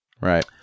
Right